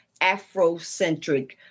Afrocentric